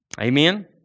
Amen